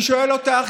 אני שואל אותך,